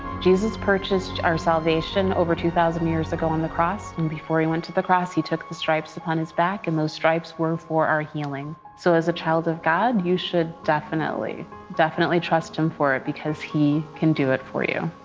jesus purchased our salvation over two thousand years ago on the cross. and before he went to the cross he took the stripes upon his back and those stripes were for our healing. so as a child of god you should definitely definitely trust him for it because he can do it for you.